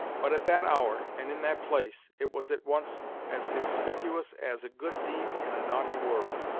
but at that hour, and in that place, it was at once as conspicuous as a good deed in a naughty world.